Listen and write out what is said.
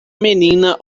menina